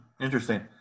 interesting